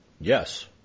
Yes